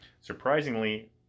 Surprisingly